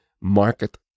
market